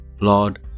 Lord